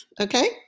Okay